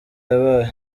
yabaye